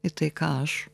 į tai ką aš